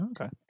Okay